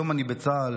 אני היום בצה"ל.